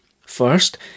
First